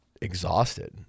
exhausted